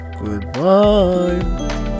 Goodbye